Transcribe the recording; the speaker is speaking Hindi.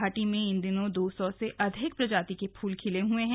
घाटी में इन दिनों दो सौ से अधिक प्रजाति के फूल खिले हुए हैं